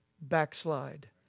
backslide